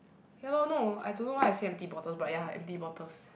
ya lor no I don't know why I say empty bottles but ya empty bottles